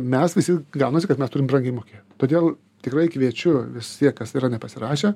mes visi gaunasi kad mes turim brangiai mokėt todėl tikrai kviečiu visie kas yra nepasirašę